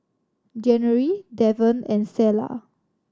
January Devan and Selah